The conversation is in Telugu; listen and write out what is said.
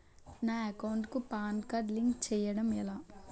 నా అకౌంట్ కు పాన్ కార్డ్ లింక్ చేయడం ఎలా?